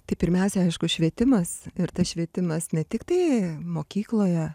tai pirmiausia aišku švietimas ir tas švietimas ne tiktai mokykloje